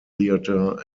theater